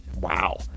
wow